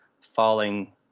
falling